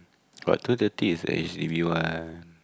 but two thirty is the H_D_B one